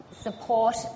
support